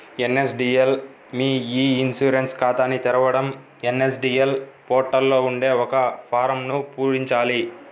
NSDL మీ e insurance ఖాతాని తెరవడం ఎన్.ఎస్.డి.ఎల్ పోర్టల్ లో ఉండే ఒక ఫారమ్ను పూరించాలి